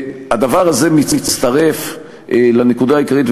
והדבר הזה מצטרף לנקודה העיקרית,